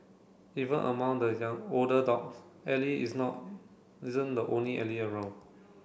even among the older dogs Ally is not isn't the only Ally around